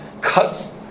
cuts